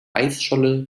eisscholle